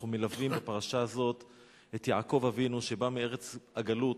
אנחנו מלווים בפרשה זו את יעקב אבינו שבא מארץ הגלות,